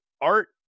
Art